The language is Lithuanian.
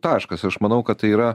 taškas aš manau kad tai yra